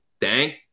thank